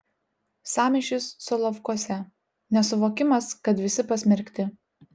sąmyšis solovkuose nesuvokimas kad visi pasmerkti